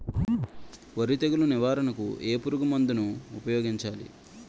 వరి తెగుల నివారణకు ఏ పురుగు మందు ను ఊపాయోగించలి?